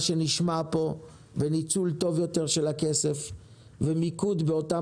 שנשמע פה וניצול טוב יותר של הכסף ומיקוד של אותם